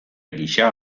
gisa